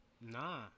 Nah